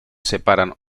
separan